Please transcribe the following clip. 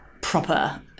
proper